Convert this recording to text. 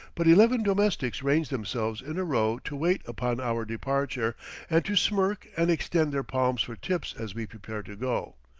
but eleven domestics range themselves in a row to wait upon our departure and to smirk and extend their palms for tips as we prepare to go.